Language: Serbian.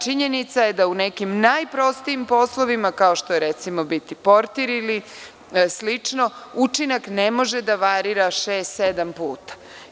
Činjenica je da u nekim najprostijim poslovima, kao što je, recimo, portir ili slično, učinak ne može da varira šest ili sedam puta.